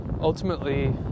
ultimately